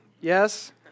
Yes